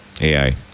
AI